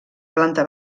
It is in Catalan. planta